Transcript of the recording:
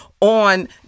on